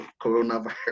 coronavirus